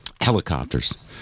Helicopters